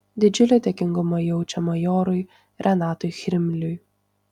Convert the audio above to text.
didžiulį dėkingumą jaučia majorui renatui chrimliui